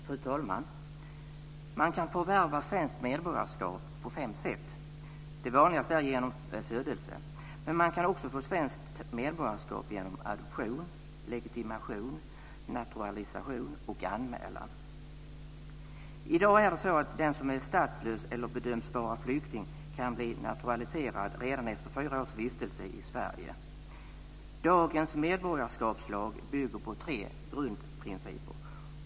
Fru talman! Man kan förvärva svenskt medborgarskap på fem sätt. Det vanligaste är genom födelse. Men man kan också få svenskt medborgarskap genom adoption, legitimation, naturalisation och anmälan. I dag är det så att den som är statslös eller bedöms vara flykting kan bli naturaliserad redan efter fyra års vistelse i Sverige. Dagens medborgarskapslag bygger på tre grundprinciper.